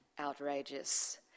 outrageous